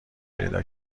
پیدا